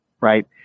right